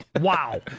Wow